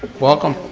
welcome.